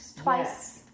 twice